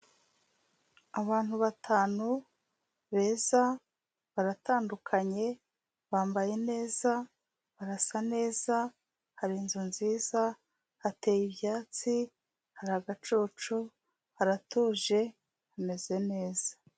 Abantu batanu, beza, baratandukanye, bambaye neza, barasa neza, hari inzu nziza, hateye ibyatsi, hari agacucu, haratuje, hameze neza.